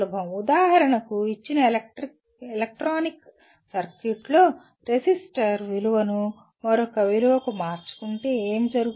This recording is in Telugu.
ఉదాహరణకు ఇచ్చిన ఎలక్ట్రానిక్ సర్క్యూట్లో రెసిస్టర్ విలువను మరొక విలువకు మార్చుకుంటే ఏమి జరుగుతుంది